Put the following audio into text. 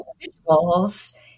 individuals